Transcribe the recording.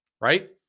Right